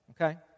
okay